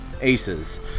Aces